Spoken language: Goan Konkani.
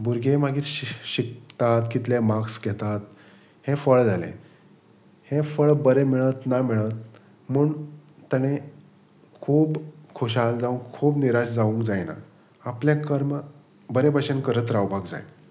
भुरगे मागीर शिकतात कितले मार्क्स घेतात हें फळ जालें हें फळ बरें मेळत ना मेळत म्हूण ताणें खूब खोशाल जावं खूब निराश जावंक जायना आपलें कर्म बरे भशेन करत रावपाक जाय